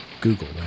Google